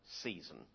season